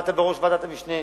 עמדת בראש ועדת המשנה,